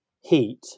Heat